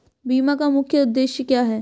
बीमा का मुख्य उद्देश्य क्या है?